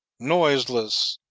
noiseless,